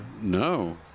No